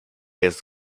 jest